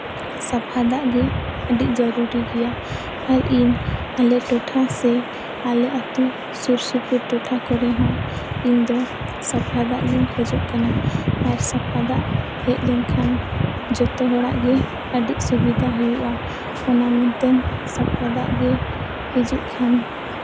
ᱥᱟᱯᱷᱟ ᱫᱟᱜ ᱜᱮ ᱟᱹᱰᱤ ᱡᱟᱹᱨᱩᱨᱤ ᱜᱮᱭᱟ ᱟᱨ ᱤᱧ ᱟᱞᱮ ᱴᱚᱴᱷᱟ ᱥᱮ ᱟᱞᱮ ᱟᱛᱳ ᱥᱩᱨ ᱥᱩᱯᱩᱨ ᱴᱚᱴᱷᱟ ᱠᱚᱨᱮ ᱫᱚ ᱤᱧᱫᱚ ᱥᱟᱯᱷᱟ ᱫᱟᱜ ᱜᱤᱧ ᱠᱷᱚᱡᱚᱜ ᱠᱟᱱᱟ ᱟᱨ ᱥᱟᱯᱷᱟ ᱫᱟᱜ ᱦᱮᱡ ᱞᱮᱱᱠᱷᱟᱱ ᱡᱚᱛᱚ ᱦᱚᱲᱟᱜ ᱜᱮ ᱟᱹᱰᱤ ᱥᱩᱵᱤᱫᱷᱟ ᱦᱩᱭᱩᱜᱼᱟ ᱚᱱᱟ ᱢᱮᱱᱛᱮ ᱥᱟᱯᱷᱟ ᱫᱟᱜ ᱜᱮ ᱦᱤᱡᱩᱜ ᱠᱷᱟᱱ